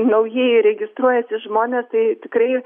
nauji registruojasi žmonės tai tikrai